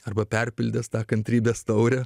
arba perpildęs kantrybės taurę